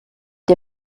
dir